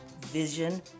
Vision